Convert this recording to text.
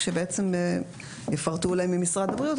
כשבעצם יפרטו אולי ממשרד הבריאות,